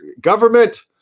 Government